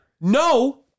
No